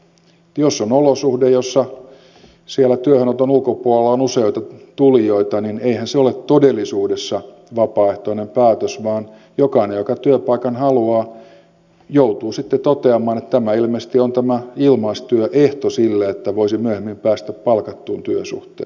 jos on olosuhde jossa työhönoton ulkopuolella on useita tulijoita niin eihän se ole todellisuudessa vapaaehtoinen päätös vaan jokainen joka työpaikan haluaa joutuu sitten toteamaan että tämä ilmeisesti on ilmaistyöehto sille että voisin myöhemmin päästä palkattuun työsuhteeseen